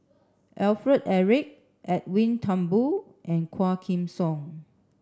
Alfred Eric Edwin Thumboo and Quah Kim Song